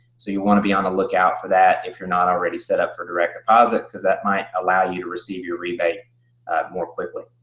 so you want to be on the lookout for that if you're not already set up for direct deposit, because that might allow you to receive your rebate more quickly.